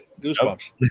Goosebumps